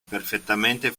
perfettamente